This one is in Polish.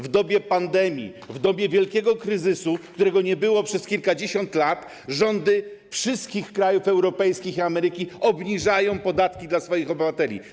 W dobie pandemii w dobie wielkiego kryzysu, którego nie było przez kilkadziesiąt lat, rządy wszystkich krajów europejskich i Ameryki obniżają podatki dla swoich obywateli.